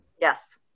Yes